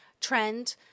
trend